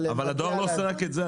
אבל הדואר לא עושה רק את זה.